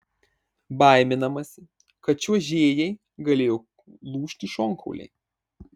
baiminamasi kad čiuožėjai galėjo lūžti šonkauliai